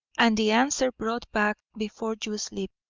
and the answer brought back before you sleep,